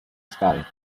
sky